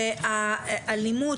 והאלימות,